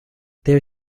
there